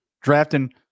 drafting